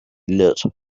lit